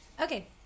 Okay